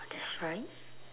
that's right